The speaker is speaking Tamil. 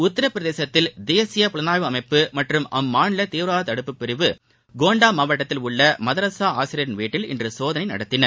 உத்தரப்பிரதேசத்தில் தேசிய புலனாய்வு அமைப்பு மற்றும் அம்மாநில தீவிரவாத தடுப்புப்பிரிவு கோண்டா மாவட்டத்தில் உள்ள மதராசா ஆசிரியரின் வீட்டில் இன்று சோதனை நடத்தின